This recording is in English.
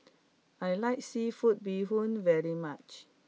I like seafood Bee Hoon very much